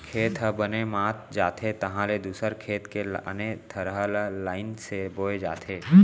खेत ह बने मात जाथे तहाँ ले दूसर खेत के लाने थरहा ल लईन से बोए जाथे